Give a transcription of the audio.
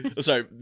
sorry